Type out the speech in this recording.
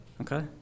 Okay